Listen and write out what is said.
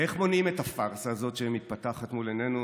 איך מונעים את הפארסה הזאת שמתפתחת מול עינינו,